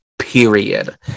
Period